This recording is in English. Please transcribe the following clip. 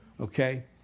Okay